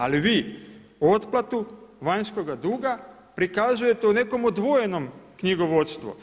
Ali vi otplatu vanjskoga duga prikazujete u nekom odvojenom knjigovodstvu.